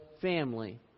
family